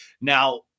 Now